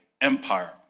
empire